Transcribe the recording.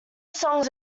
songs